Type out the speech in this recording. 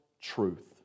truth